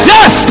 Yes